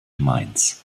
mainz